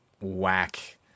whack